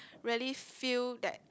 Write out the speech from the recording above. really feel that